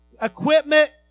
equipment